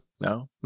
No